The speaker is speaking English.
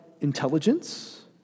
intelligence